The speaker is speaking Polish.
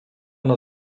nad